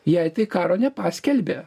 jai tai karo nepaskelbė